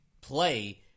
Play